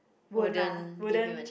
won't lah wouldn't